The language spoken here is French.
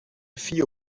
fit